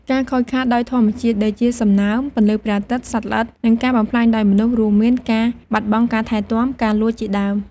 ការខូចខាតដោយធម្មជាតិ ដូចជា សំណើម ពន្លឺព្រះអាទិត្យ សត្វល្អិត និងការបំផ្លាញដោយមនុស្ស រួមមាន ការបាត់បង់ការថែទាំ ការលួច ជាដើម។